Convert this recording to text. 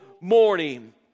morning